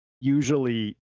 usually